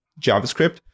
JavaScript